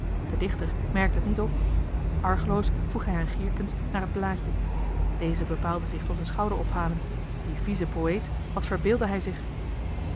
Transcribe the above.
de dichter merkte het niet op argeloos vroeg hij aan geerkens naar t blaadje deze bepaalde zich tot een schouder ophalen die vieze poëet wat verbeeldde hij zich